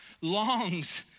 longs